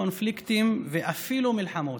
קונפליקטים ואפילו מלחמות,